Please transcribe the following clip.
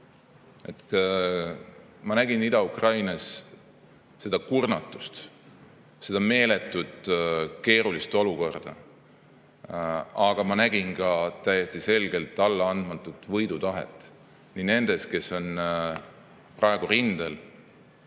Ma nägin Ida-Ukrainas kurnatust, meeletult keerulist olukorda, aga ma nägin ka täiesti selgelt allaandmatut võidutahet nii nendes, kes on praegu rindel,